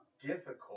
difficult